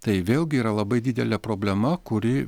tai vėlgi yra labai didelė problema kuri